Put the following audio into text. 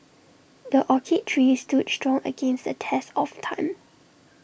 the oak tree stood strong against the test of time